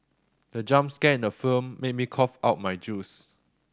the jump scare in the film made me cough out my juice